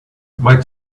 might